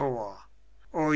o